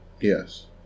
Yes